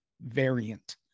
variant